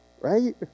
Right